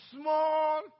small